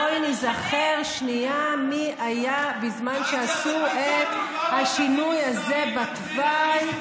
בואי ניזכר שנייה מי היה בזמן שעשו את השינוי הזה בתוואי,